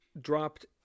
dropped